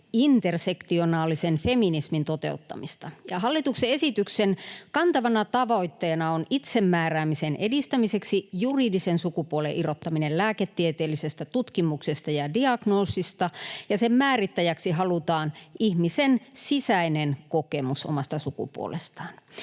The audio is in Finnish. intersektionaalisen feminismin toteuttamista. Hallituksen esityksen kantavana tavoitteena on itsemääräämisen edistämiseksi juridisen sukupuolen irrottaminen lääketieteellisestä tutkimuksesta ja diagnoosista, ja sen määrittäjäksi halutaan ihmisen sisäinen kokemus omasta sukupuolestaan.